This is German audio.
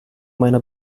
meiner